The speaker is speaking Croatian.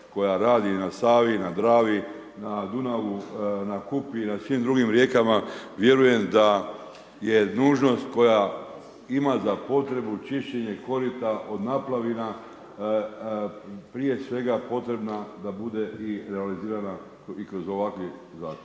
koja radi na Savi, na Dravi, na Dunavu, na Kupi, i na svim drugim rijeka, vjerujem da je nužnost koja ima za potrebu čišćenje korita od naplavina, prije svega potrebna da bude i realizirana i kroz ovaki Zakon.